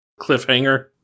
Cliffhanger